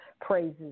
praises